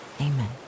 amen